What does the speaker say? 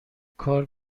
کار